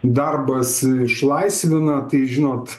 darbas išlaisvina tai žinot